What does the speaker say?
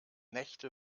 nächte